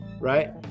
right